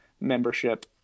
membership